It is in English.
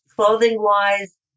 clothing-wise